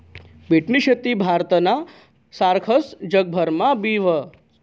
बीटनी शेती भारतना सारखस जगभरमा बी व्हस